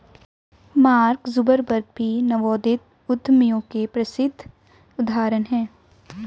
mark Zuckerberg भी नवोदित उद्यमियों के प्रसिद्ध उदाहरण हैं